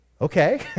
Okay